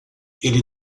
ele